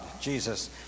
Jesus